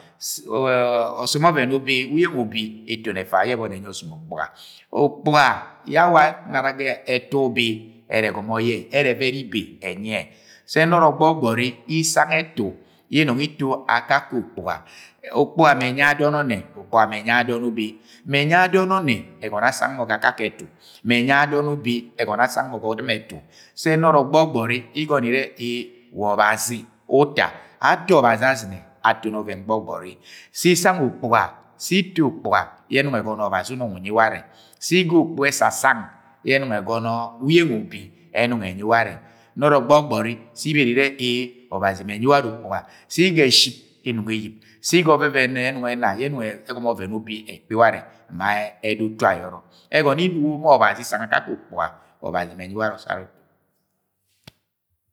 ọsọm ọvẹn ubi, uyeng ubi etoni efa yẹ eboni ẹnyi ọsọm ukpuga, ukpuga yẹ awa anara ga ẹtu ubi ere ẹgọmọ yẹ ẹrẹ ẹvẹrẹ ibe ẹnyi ye. Se nọrọ isang ẹtu yẹ inọng ito akake ukpuga. Ukpuga mẹ ẹnyi yẹ adọn ọnne, ukpuga me ẹnyi ye adọn ubi mẹ enyi ye adọn ọnne ẹgọnọ asang mọ ga akake etu mẹ ẹnyi yẹ adon ubi ẹgọnọ yẹ asang mọ ga ọdɨmẹ ẹtu sẹ nọrọ gbọgbọri igọnọ irẹ wa Ọbazi uta. Ato Ọbazi asɨnẹ atoni ọvẹn gbọgbọri. Se isang ukpuga, se ito ukpuga uẹ ẹnong ẹgọnọ Ọbazi unyi ware. Si igbai ukpuga yẹ ẹnọng ẹgọnọ uyeng ubi ẹnong enyi ware. Nọrọ gbọgbọri se ibare ire e e Ọbazi mu unyi warẹ ukpuga sẹ iga shɨp ẹnọng eyip sẹ ga ọvẹvẹn ẹnọng ena ye enong ẹgomọ ọvẹn ubi ẹkpi warẹ ma ẹda utu ayọrọ. Egọnọ yẹ inugo ma Ọbazi isana akake ukpuga, Ọbazi mu unyi ware usara utu.